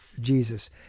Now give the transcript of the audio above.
Jesus